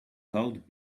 called